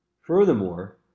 Furthermore